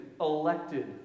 elected